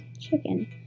chicken